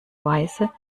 weise